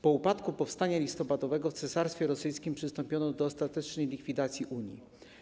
Po upadku powstania listopadowego w Cesarstwie Rosyjskim przystąpiono do ostatecznej likwidacji unii.